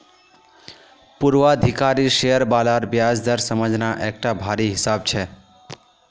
पूर्वाधिकारी शेयर बालार ब्याज दर समझना एकटा भारी हिसाब छै